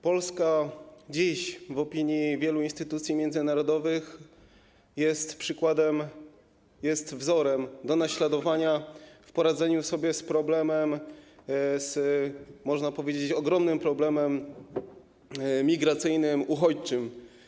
Polska dziś w opinii wielu instytucji międzynarodowych jest przykładem, wzorem do naśladowania w poradzeniu sobie z problemem, można powiedzieć, ogromnym problemem, migracyjnym, uchodźczym.